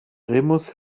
remus